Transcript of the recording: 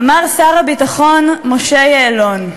אמר שר הביטחון משה יעלון: